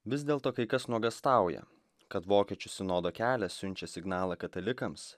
vis dėlto kai kas nuogąstauja kad vokiečių sinodo kelias siunčia signalą katalikams